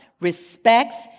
respects